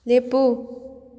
ꯂꯦꯞꯄꯨ